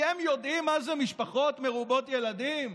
הם יודעים מה זה משפחות מרובות ילדים?